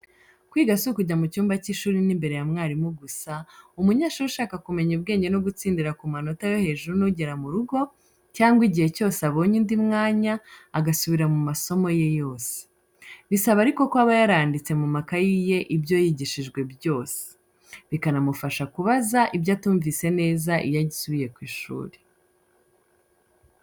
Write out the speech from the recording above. Kwiga si ukujya mu cyumba cy'ishuri n'imbere ya mwarimu gusa, umunyeshuri ushaka kumenya ubwenge no gutsindira ku manota yo hejuru ni ugera mu rugo, cyangwa igihe cyose abonye undi mwanya, agasubira mu masomo ye yose. Bisaba ariko ko aba yaranditse mu makayi ye ibyo yigishijwe byose. Bikanamufasha kubaza ibyo atumvise neza iyo asubiye ku ishuri.